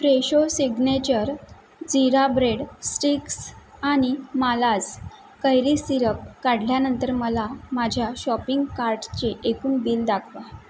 Fresho signature jeera bread sticks आणि मालाज कैरी सिरप काढल्यानंतर मला माझ्या शॉपिंग कार्टचे एकूण बिल दाखवा